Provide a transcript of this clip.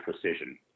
precision